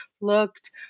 looked